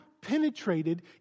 penetrated